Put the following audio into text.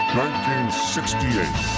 1968